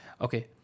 Okay